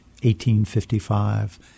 1855